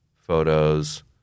photos